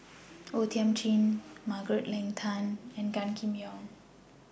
O Thiam Chin Margaret Leng Tan and Gan Kim Yong